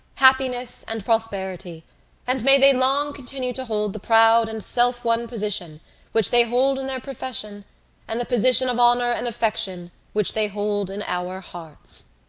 happiness and prosperity and may they long continue to hold the proud and self-won position which they hold in their profession and the position of honour and affection which they hold in our hearts.